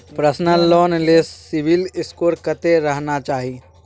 Personal loan ले CIBIL score कत्ते रहना चाही?